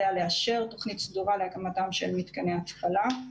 עליה לאשר תוכנית סדורה להקמתם של מתקני התפלה.